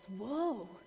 whoa